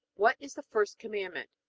what is the first commandment?